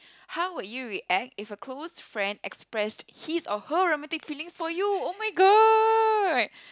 how would you react if a close friend expressed his or her romantic feelings for you oh-my-god